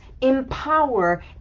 empower